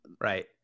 Right